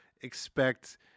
expect